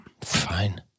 Fine